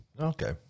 Okay